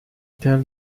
tell